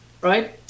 right